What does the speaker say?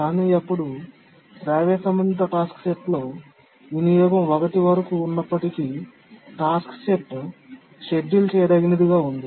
కానీ అప్పుడు శ్రావ్య సంబంధిత టాస్క్ సెట్లో వినియోగం 1 వరకు ఉన్నప్పటికీ టాస్క్ సెట్ షెడ్యూల్ చేయదగినదిగా ఉంది